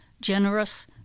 generous